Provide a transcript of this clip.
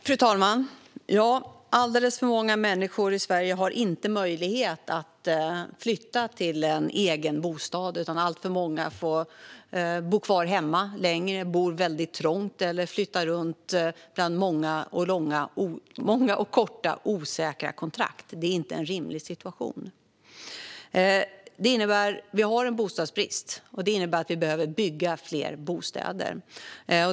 Fru talman! Alldeles för många människor i Sverige har inte möjlighet att flytta till en egen bostad. Alltför många tvingas bo kvar hemma längre, bo väldigt trångt eller flytta runt bland många och korta osäkra kontrakt. Detta är inte en rimlig situation. Vi har en bostadsbrist, och det innebär att vi behöver bygga fler bostäder.